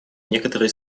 некоторые